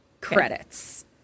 credits